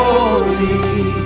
Holy